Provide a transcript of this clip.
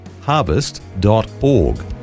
harvest.org